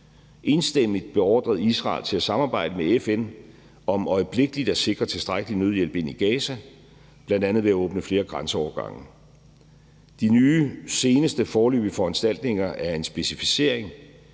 enstemmigt – beordret Israel til at samarbejde med FN om øjeblikkeligt at sikre tilstrækkelig nødhjælp ind i Gaza, bl.a. ved at åbne flere grænseovergange. De nye, seneste foreløbige foranstaltninger er en specificering